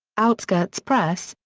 outskirts press,